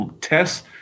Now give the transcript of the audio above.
tests